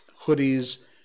hoodies